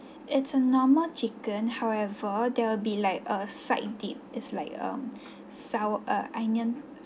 it's a normal chicken however there will be like a side dip it's like um sour uh onion